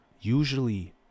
usually